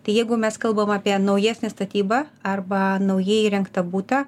tai jeigu mes kalbam apie naujesnę statybą arba naujai įrengtą butą